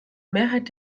mehrheit